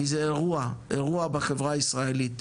כי זה אירוע בחברה הישראלית.